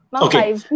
okay